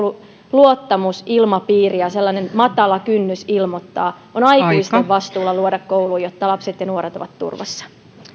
luottamus ilmapiiri ja sellainen matala kynnys ilmoittaa on aikuisten vastuulla luoda kouluun jotta lapset ja nuoret ovat turvassa